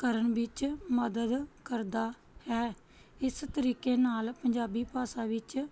ਕਰਨ ਵਿੱਚ ਮਦਦ ਕਰਦਾ ਹੈ ਇਸ ਤਰੀਕੇ ਨਾਲ ਪੰਜਾਬੀ ਭਾਸ਼ਾ ਵਿੱਚ